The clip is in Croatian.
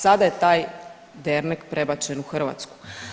Sada je taj dernek prebačen u Hrvatsku.